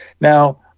Now